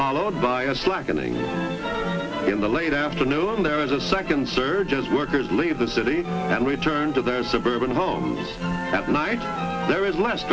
followed by a slackening in the late afternoon there is a second surge as workers leave the city and return to their suburban homes at night there is less